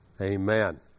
amen